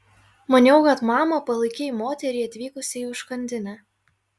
maniau kad mama palaikei moterį atvykusią į užkandinę